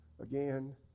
again